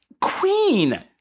queen